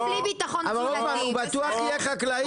הוא בטוח יהיה חקלאי?